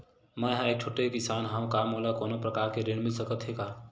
मै ह एक छोटे किसान हंव का मोला कोनो प्रकार के ऋण मिल सकत हे का?